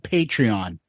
Patreon